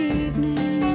evening